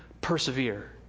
Persevere